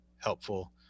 helpful